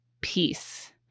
peace